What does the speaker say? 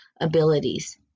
abilities